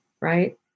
right